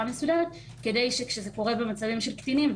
מסודרת כדי שכשזה קורה במצבים של קטינים,